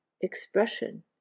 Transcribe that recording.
Expression